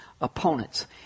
opponents